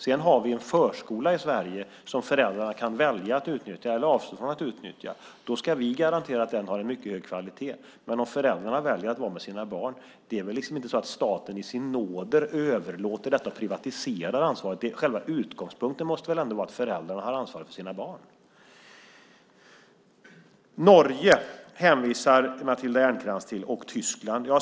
Vi har en förskola i Sverige som föräldrarna kan välja att utnyttja eller avstå från att utnyttja. Då ska vi garantera att den har en mycket hög kvalitet. Men om föräldrarna väljer att vara med sina barn är det väl inte så att staten i sin nåder överlåter och privatiserar ansvaret? Själva utgångspunkten måste väl ändå vara att föräldrarna har ansvaret för sina barn. Norge hänvisar Matilda Ernkrans till och Tyskland.